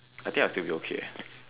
I think I'll still be okay eh